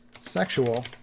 sexual